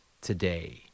today